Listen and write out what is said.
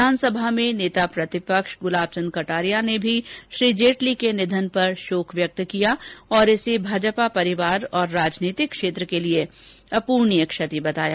विधानसभा में नेता प्रतिपक्ष गुलाब चन्द कटारिया ने भी श्री जेटली के निधन पर शोक जताया और इसे भाजपा परिवार और राजनीतिक क्षेत्र के लिए अपूरणीय क्षति बताया